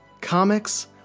comics